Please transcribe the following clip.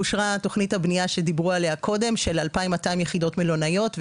אושרה תוכנית הבנייה שדיברו עליה קודם של 2,200 יחידות מלונאיות,